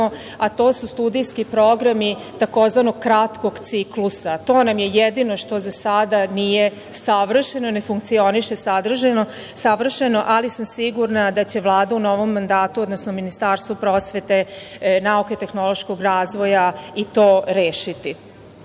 a to su studijski programi tzv. kratkog ciklusa. To nam je jedino što za sada nije savršeno, ne funkcioniše savršeno, ali sam sigurna da će Vlada u novom mandatu, odnosno Ministarstvo prosvete, nauke i tehnološkog razvoja i to rešiti. Ono